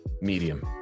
Medium